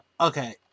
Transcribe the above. Okay